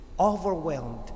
overwhelmed